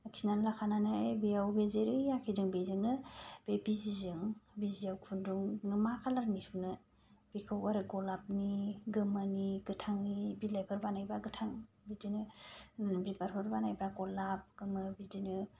आखिनानै लाखानानै बेयाव बे जेरै आखिदों बेजोंनो बे बिजिजों बिजिआव खुन्दुं नों मा खालारनि सुनो बेखौ आरो गलापनि गोमोनि गोथांनि बिलाइफोर बानाय बा गोथां बिदिनो बिबारफोर बानाय बा गलाप गोमो बिदिनो